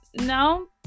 No